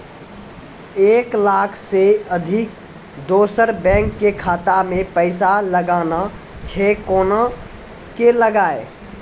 एक लाख से अधिक दोसर बैंक के खाता मे पैसा लगाना छै कोना के लगाए?